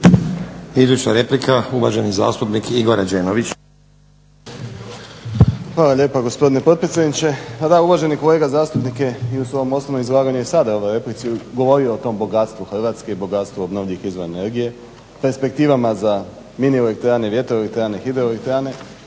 Hvala lijepa gospodine potpredsjedniče.